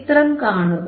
ചിത്രം കാണുക